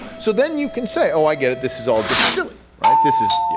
so then you can say oh i get it, this is all just silly, right? this is,